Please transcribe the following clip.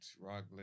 Rock